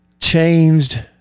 changed